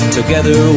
together